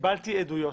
קיבלתי עדויות